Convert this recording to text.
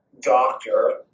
doctor